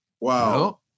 Wow